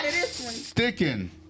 sticking